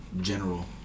general